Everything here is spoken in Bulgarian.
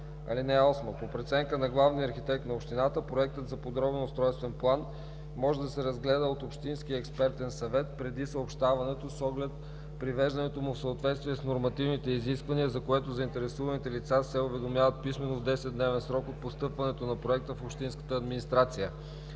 „(8) По преценка на главния архитект на общината проектът за подробен устройствен план може да се разгледа от общинския експертен съвет преди съобщаването с оглед привеждането му в съответствие с нормативните изисквания, за което заинтересуваните лица се уведомяват писмено в 10-дневен срок от постъпването на проекта в общинската администрация.